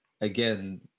again